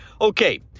Okay